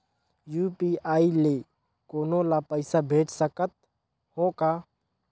UPI ले कोनो ला पइसा भेज सकत हों का?